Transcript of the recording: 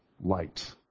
light